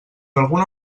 alguna